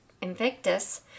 Invictus